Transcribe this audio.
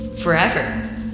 Forever